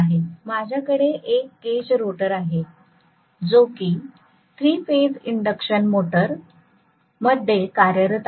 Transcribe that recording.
म्हणजे माझ्याकडे एक केज रोटर आहे जो की थ्री फेज इंडक्शन मोटर मध्ये कार्यरत आहे